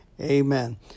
Amen